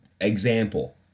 Example